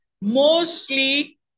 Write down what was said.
mostly